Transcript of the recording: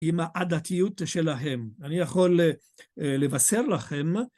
עם העדתיות שלהם. אני יכול לבשר לכם...